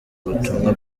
ubutumwa